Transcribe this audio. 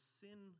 sin